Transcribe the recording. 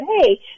Hey